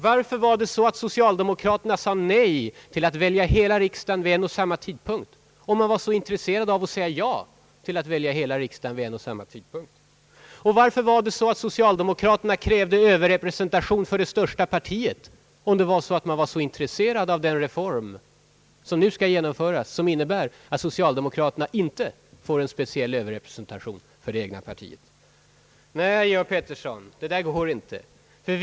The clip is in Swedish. Varför sade socialdemokraterna nej till val av hela riksdagen vid en och samma tidpunkt — om man var så intresserad av att säga ja till val av hela riksdagen vid en och samma tidpunkt? Och varför krävde socialdemokraterna överrepresentation för det största partiet — om man var så intresserad av den reform som nu skall genomföras och som innebär att socialdemokraterna inte får en speciell överrepresentation för det egna partiet? Nej, herr Georg Pettersson, det går inte att förfäkta någonting sådant.